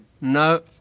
no